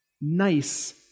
nice